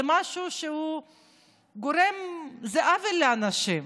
זה משהו שגורם עוול לאנשים.